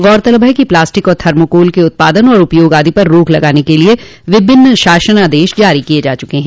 गौरतलब है कि प्लास्टिक और थर्माकोल के उत्पादन और उपयोग आदि पर रोक लगाने के लिये विभिन्न शासनादेश जारी किये जा चुके हैं